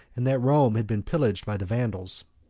and that rome had been pillaged by the vandals.